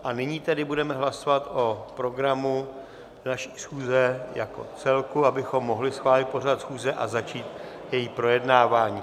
A nyní tedy budeme hlasovat o programu naší schůze jako celku, abychom mohli schválit pořad schůze a začít její projednávání.